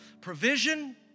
Provision